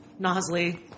Nosley